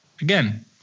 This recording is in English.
again